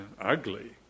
ugly